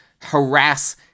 harass